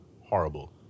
Horrible